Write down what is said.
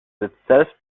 itself